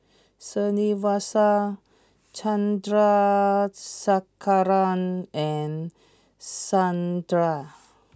Srinivasa Chandrasekaran and Santha